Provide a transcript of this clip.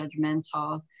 judgmental